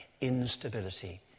instability